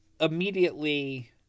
Immediately